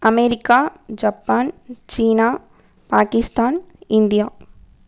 America Japan சீனா Pakistan India